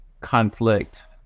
conflict